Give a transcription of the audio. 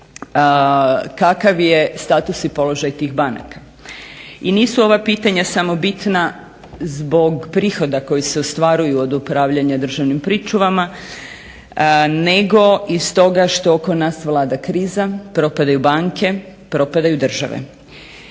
kakav je status i položaj tih banaka? I nisu ova pitanja samo bitna zbog prihoda koji se ostvaruju od upravljanja državnim pričuvama nego i stoga što oko nas vlada kriza, propadaju banke, propadaju države.